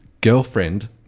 girlfriend